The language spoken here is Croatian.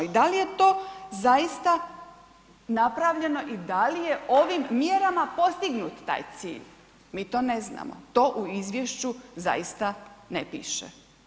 I da li je to zaista napravljeno i da li je ovim mjerama postignut taj cilj, mi to ne znamo, to u Izvješću zaista ne piše.